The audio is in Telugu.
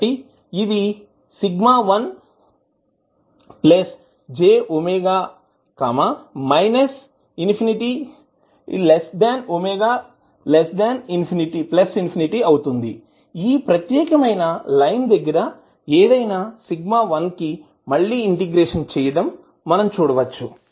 కాబట్టి ఇది σ1 jω −∞ ω ∞ అవుతుంది ఈ ప్రత్యేకమైన లైన్ దగ్గర ఏదైనా σ1 కి మళ్ళి ఇంటిగ్రేషన్ చేయటం మనం చూడవచ్చు